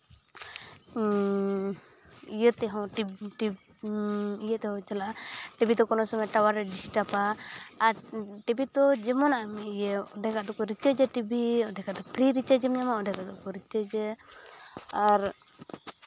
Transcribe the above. ᱤᱭᱟᱹ ᱛᱮᱦᱚᱸ ᱤᱭᱟᱹ ᱛᱮᱦᱚᱸ ᱪᱟᱞᱟᱜᱼᱟ ᱴᱤᱵᱷᱤ ᱫᱚ ᱠᱚᱱᱚ ᱥᱚᱢᱚᱭ ᱴᱟᱣᱟᱨᱮ ᱰᱤᱥᱴᱨᱟᱵᱟ ᱟᱨ ᱴᱤᱵᱷᱤ ᱫᱚ ᱡᱮᱢᱚᱱᱟᱜ ᱮᱢ ᱤᱭᱟᱹᱭᱟ ᱚᱨᱫᱷᱮᱠ ᱟᱜ ᱫᱚᱠᱚ ᱨᱤᱪᱟᱨᱡᱽᱼᱟ ᱴᱤᱵᱷᱤ ᱚᱫᱷᱮᱠ ᱟᱜ ᱫᱚ ᱯᱷᱨᱤ ᱨᱤᱪᱟᱨᱡᱽ ᱮᱢ ᱧᱟᱢᱟ ᱚᱫᱷᱮᱠ ᱟᱜ ᱫᱚᱠᱚ ᱨᱤᱪᱟᱨᱡᱟ ᱟᱨ